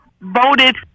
voted